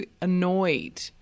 annoyed